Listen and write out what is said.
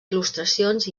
il·lustracions